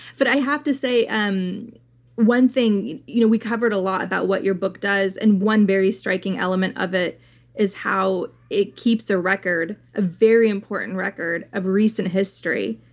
but i have to say um one thing, you know we covered a lot about what your book does, and one very striking element of it is how it keeps a record, a very important record, of recent history.